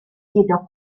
jedoch